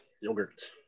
Yogurt